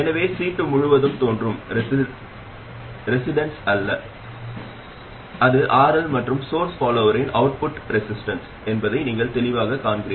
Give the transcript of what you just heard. எனவே C2 முழுவதும் தோன்றும் ரெசிஸ்டன்ஸ் என்ன அது RL மற்றும் சோர்ஸ் ஃபாலோவரின் அவுட்புட் ரெசிஸ்டன்ஸ் என்பதை நீங்கள் தெளிவாகக் காண்கிறீர்கள்